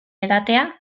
edatea